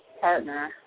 partner